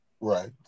Right